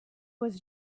was